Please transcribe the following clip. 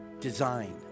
design